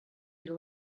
era